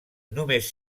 només